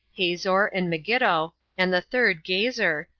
hazor and megiddo, and the third gezer,